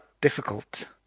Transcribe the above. difficult